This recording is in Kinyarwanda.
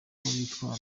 bitwara